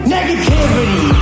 Negativity